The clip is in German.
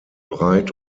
breit